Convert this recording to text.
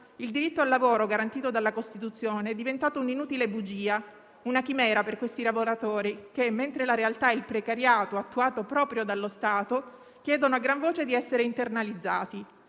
Il diritto al lavoro, garantito dalla Costituzione, è diventato un'inutile bugia; una chimera per questi lavoratori che, mentre la realtà è il precariato attuato proprio dallo Stato, chiedono a gran voce di essere internalizzati.